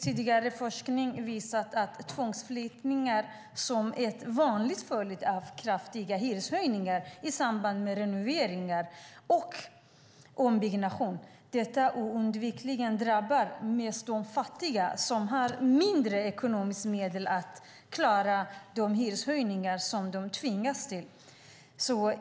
Tidigare forskning har visat att tvångsflyttningar, som är en vanlig följd av kraftiga hyreshöjningar i samband med renoveringar och ombyggnation, naturligtvis oundvikligen mest drabbar fattiga som har mindre ekonomiska medel att klara de hyreshöjningar de tvingas till.